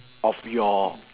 of your